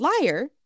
liar